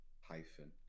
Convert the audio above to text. Hyphen